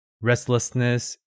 restlessness